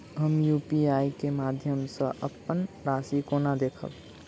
हम यु.पी.आई केँ माध्यम सँ अप्पन राशि कोना देखबै?